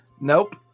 Nope